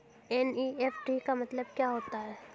NEFT का मतलब क्या होता है?